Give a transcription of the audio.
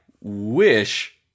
wish